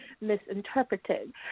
misinterpreted